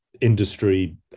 industry